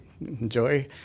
Enjoy